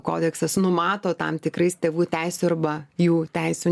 kodeksas numato tam tikrais tėvų teisių arba jų teisių